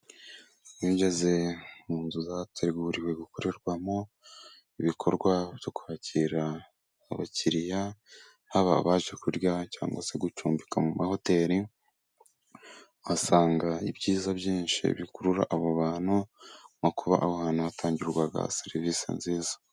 Ubu ngeze mu nzu zateguriwe gukorerwamo ibikorwa byo kwakira abakiriya, haba abaje kurya cyangwa se gucumbika mu mahoteli, uhasanga ibyiza byinshi bikurura abo bantu, nko kuba aho hantu hatangirwa serivisi nziza.